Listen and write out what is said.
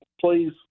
please